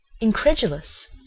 incredulous